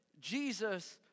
Jesus